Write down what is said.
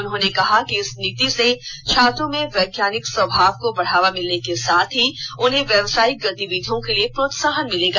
उन्होंने कहा कि इस नीति से छात्रों में वैज्ञानिक स्वभाव को बढ़ावा मिलने के साथ ही उन्हें व्यावसायिक गतिविधियों को लिए प्रोत्साहन मिलेगा